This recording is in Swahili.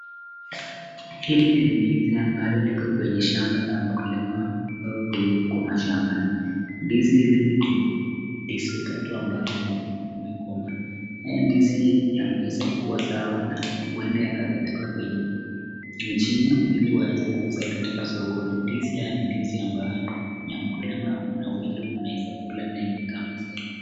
Hili ni ndizi, ambalo liko kwenye shamba la mkulima au penye huko mashambani. Ndizi hili liko ndizi tatu ambayo imekomaa. Haya ndizi yameweza kuwa sawa na huenda yakapelekwa kwenye mjini ili waweze kuuza katika sokoni, ndizi haya ni ndizi ambayo ni ya mkulima na huenda unaweza kukula na ni tamu zaidi.